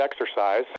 exercise